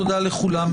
תודה לכולם.